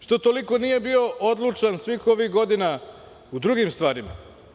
Što toliko nije bio odlučan svih ovih godina u drugim stvarima?